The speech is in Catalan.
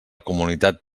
comunitat